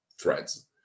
threads